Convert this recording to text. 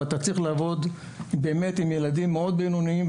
ואתה צריך לעבוד באמת עם ילדים מאוד בינוניים,